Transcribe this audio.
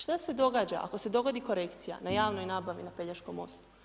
Šta se događa ako se dogodi korekcija na javnoj nabavi na Pelješkom mostu?